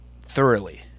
thoroughly